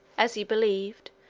as he believed,